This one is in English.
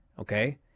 okay